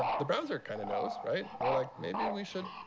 the browser kind of knows, right? we're like, maybe we should